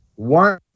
One